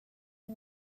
you